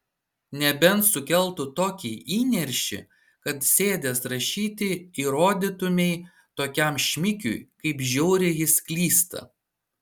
nebent sukeltų tokį įniršį kad sėdęs rašyti įrodytumei tokiam šmikiui kaip žiauriai jis klysta